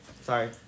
Sorry